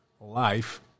life